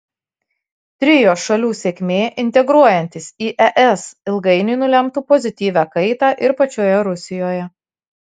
trio šalių sėkmė integruojantis į es ilgainiui nulemtų pozityvią kaitą ir pačioje rusijoje